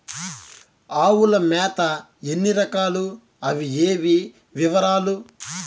ఆవుల మేత ఎన్ని రకాలు? అవి ఏవి? వివరాలు?